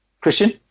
Christian